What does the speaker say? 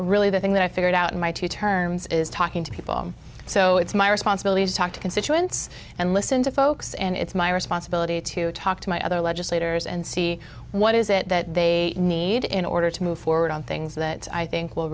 really the thing that i figured out in my two terms is talking to people so it's my responsibility to talk to constituents and listen to folks and it's i responsibility to talk to my other legislators and see what is it that they need in order to move forward on things that i think w